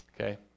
Okay